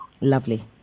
Lovely